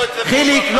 חיליק,